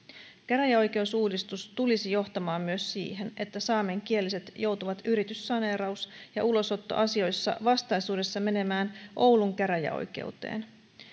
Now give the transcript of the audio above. käräjäoikeusuudistus tulisi johtamaan myös siihen että saamenkieliset joutuvat yrityssaneeraus ja ulosottoasioissa vastaisuudessa menemään oulun käräjäoikeuteen